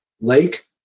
lake